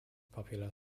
popular